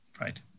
Right